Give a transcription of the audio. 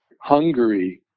Hungary